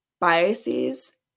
biases